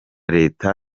leta